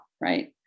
right